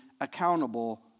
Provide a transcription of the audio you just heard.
accountable